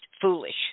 foolish